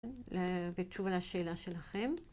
בתשובה לשאלה שלכם.